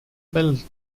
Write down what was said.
built